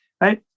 right